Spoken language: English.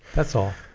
that's all